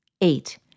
Eight